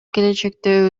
келечекте